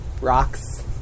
rocks